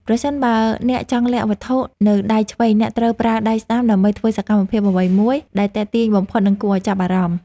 ប្រសិនបើអ្នកចង់លាក់វត្ថុនៅដៃឆ្វេងអ្នកត្រូវប្រើដៃស្តាំដើម្បីធ្វើសកម្មភាពអ្វីមួយដែលទាក់ទាញបំផុត និង គួរឱ្យចាប់អារម្មណ៍។